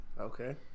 Okay